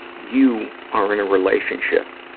you are in a relationship,